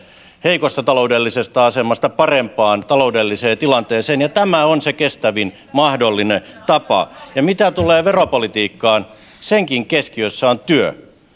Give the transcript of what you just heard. heikosta taloudellisesta asemasta parempaan taloudelliseen tilanteeseen ja tämä on se kestävin mahdollinen tapa ja mitä tulee veropolitiikkaan senkin keskiössä on työ